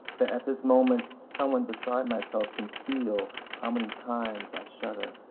that at this moment someone beside myself can feel how many times i shudder.